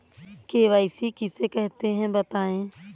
KYC किसे कहते हैं बताएँ?